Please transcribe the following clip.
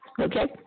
okay